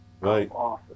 right